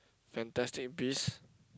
Fantastic Beasts